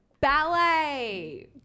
Ballet